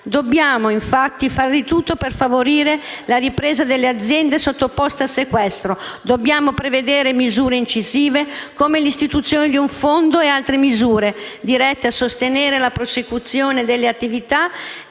Dobbiamo, infatti, fare di tutto per favorire la ripresa delle aziende sottoposte a sequestro, dobbiamo prevedere misure incisive, come l'istituzione di un fondo e altre misure dirette a sostenere la prosecuzione delle attività